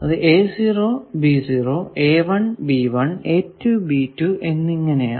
അത് എന്നിങ്ങനെയാണ്